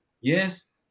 Yes